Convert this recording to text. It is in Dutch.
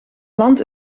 land